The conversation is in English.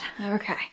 Okay